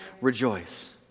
rejoice